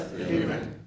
amen